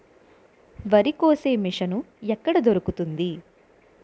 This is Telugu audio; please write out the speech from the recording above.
వరి కోసే మిషన్ ఎక్కడ దొరుకుతుంది?